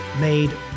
made